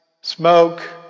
smoke